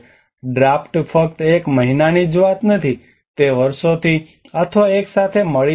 draft ફક્ત એક મહિનાની જ વાત નથી તે વર્ષોથી અથવા એક સાથે મળી શકે છે